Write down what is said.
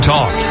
Talk